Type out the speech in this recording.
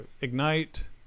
Ignite